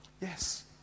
Yes